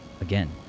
Again